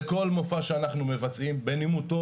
לכל מופע שאנחנו מבצעים בין אם הוא טוב